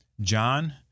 John